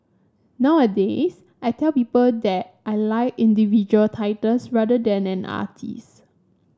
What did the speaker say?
nowadays I tell people that I like individual titles rather than an artist